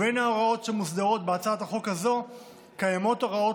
בין ההוראות שמוסדרות בהצעת החוק הזאת קיימות הוראות